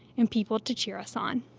and people to cheer us on.